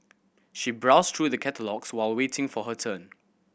she browsed through the catalogues while waiting for her turn